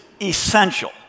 essential